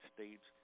States